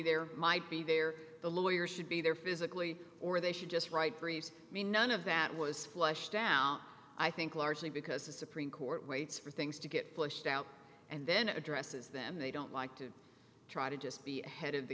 there might be there the lawyer should be there physically or they should just write briefs me none of that was flushed down i think largely because the supreme court waits for things to get pushed out and then addresses them they don't like to try to just be ahead of the